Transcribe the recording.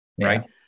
Right